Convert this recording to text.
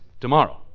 tomorrow